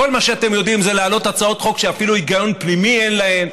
כל מה שאתם יודעים זה להעלות הצעות חוק שאפילו היגיון פנימי אין להן.